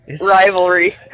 Rivalry